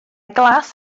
glas